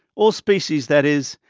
all species that is,